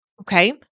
Okay